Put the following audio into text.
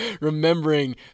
remembering